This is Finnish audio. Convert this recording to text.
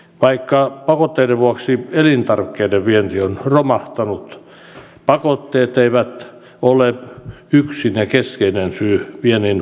vaikka pakotteiden vuoksi elintarvikkeiden vienti on romahtanut pakotteet eivät olleet yksin ja keskeinen syy viennin voimakkaalle laskulle